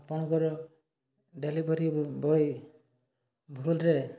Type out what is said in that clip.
ଆପଣଙ୍କର delivery boy ଭୁଲ୍ରେ